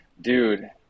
Dude